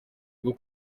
bwo